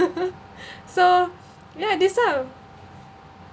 so ya this type of